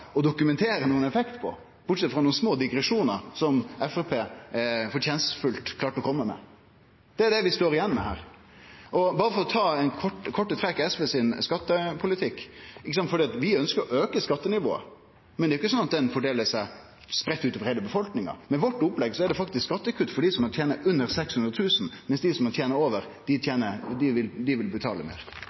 nokon effekt av, bortsett frå nokre få digresjonar som Framstegspartiet prisverdig klarte å kome med – er det vi står igjen med her. Skattepolitikken til SV er i korte trekk at vi ønskjer å auke skattenivået, men det er jo ikkje sånn at det fordeler seg spreidd ut over heile befolkninga. Med vårt opplegg er det skattekutt for dei som tener under 600 000 kr, mens dei som tener over